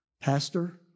Pastor